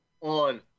on